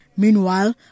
Meanwhile